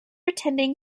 attending